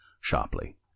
sharply